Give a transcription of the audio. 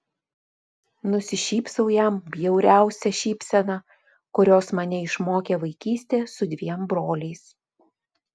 nusišypsau jam bjauriausia šypsena kurios mane išmokė vaikystė su dviem broliais